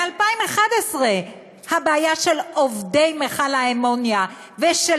מ-2011 הבעיה של עובדי מכל האמוניה ושל